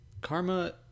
Karma